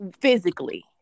physically